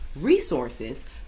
resources